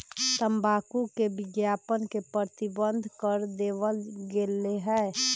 तंबाकू के विज्ञापन के प्रतिबंध कर देवल गयले है